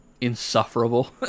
insufferable